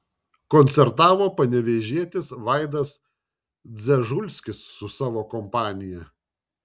koncertavo panevėžietis vaidas dzežulskis su savo kompanija